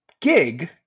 gig